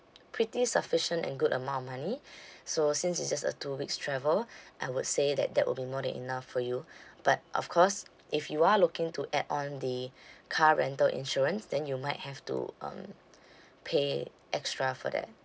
pretty sufficient and good amount of money so since it's just a two weeks travel I would say that that will be more than enough for you but of course if you are looking to add on the car rental insurance then you might have to um pay extra for that